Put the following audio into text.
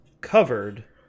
covered